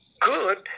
good